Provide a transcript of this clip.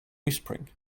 whispering